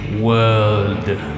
world